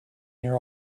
your